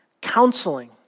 counseling